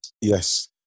Yes